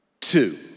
two